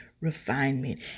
refinement